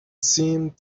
seemed